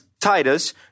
Titus